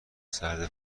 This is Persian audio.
سرد